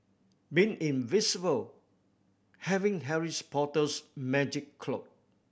being invisible having Harris Potter's magic cloak